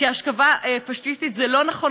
כהשקפה פאשיסטית זה לא נכון,